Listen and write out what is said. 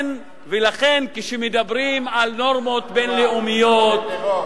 מה, אתה משווה את זה, לטרור?